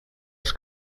els